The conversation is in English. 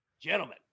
gentlemen